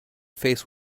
face